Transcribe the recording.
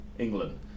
England